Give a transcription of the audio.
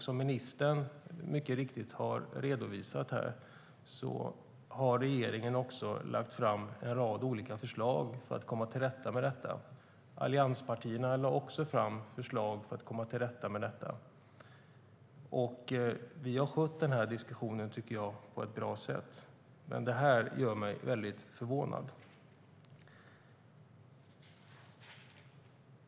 Som ministern mycket riktigt har redovisat här har regeringen lagt fram en rad olika förslag för att komma till rätta med bostadsbristen. Allianspartierna lade också fram förslag för att komma till rätta med bostadsbristen. Jag tycker att vi har skött denna diskussion på ett bra sätt. Men detta gör mig mycket förvånad.